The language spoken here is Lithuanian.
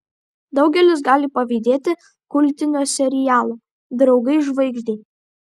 daugelis gali pavydėti kultinio serialo draugai žvaigždei